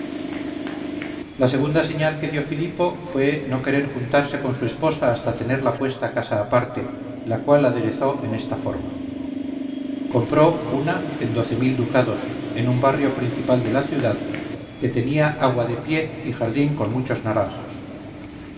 la segunda señal que dio filipo fue no querer juntarse con su esposa hasta tenerla puesta casa aparte la cual aderezó en esta forma compró una en doce mil ducados en un barrio principal de la ciudad que tenía agua de pie y jardín con muchos naranjos